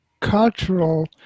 Cultural